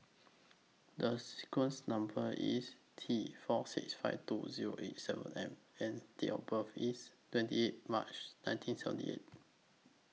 The sequence Number IS T four six five two Zero eight seven M and Date of birth IS twenty eight March nineteen seventy eight